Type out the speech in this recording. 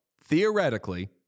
theoretically